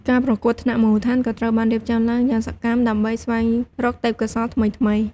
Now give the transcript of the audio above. ការប្រកួតថ្នាក់មូលដ្ឋានក៏ត្រូវបានរៀបចំឡើងយ៉ាងសកម្មដើម្បីស្វែងរកទេពកោសល្យថ្មីៗ។